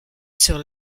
sur